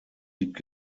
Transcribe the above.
liegt